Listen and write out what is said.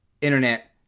internet